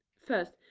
first,